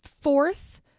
fourth